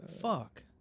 Fuck